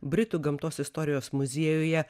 britų gamtos istorijos muziejuje